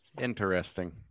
Interesting